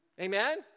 Amen